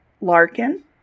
Larkin